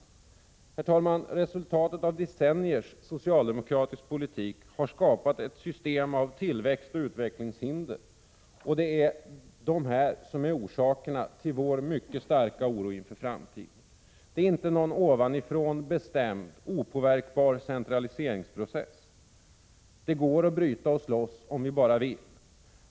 Herr talman! Decenniers socialdemokratiska politik har skapat ett system av tillväxtoch utvecklingshinder. Dessa hinder är huvudorsaken till vår mycket starka oro inför framtiden. Detta är inte någon ovanifrån bestämd, opåverkbar centraliseringsprocess. Det går att bryta trenden och slåss om vi bara vill.